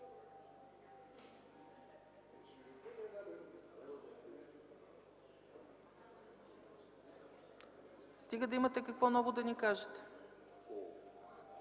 стига да има какво ново да ни кажете.